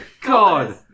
God